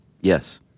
Yes